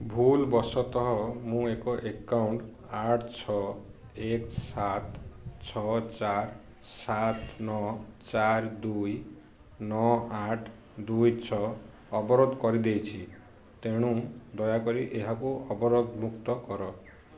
ଭୁଲବଶତଃ ମୁଁ ଏକ ଆକାଉଣ୍ଟ୍ ଆଠ ଛଅ ଏକ ସାତ ଛଅ ଚାରି ସାତ ନଅ ଚାରି ଦୁଇ ନଅ ଆଠ ଦୁଇ ଛଅ ଅବରୋଧ କରିଦେଇଛି ତେଣୁ ଦୟାକରି ଏହାକୁ ଅବରୋଧମୁକ୍ତ କର